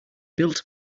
built